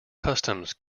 customs